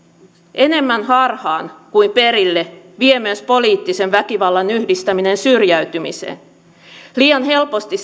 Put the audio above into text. enemmän harhaan kuin perille vie myös poliittisen väkivallan yhdistäminen syrjäytymiseen liian helposti